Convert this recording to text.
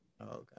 Okay